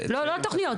לא לא תוכניות,